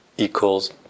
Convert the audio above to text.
Equals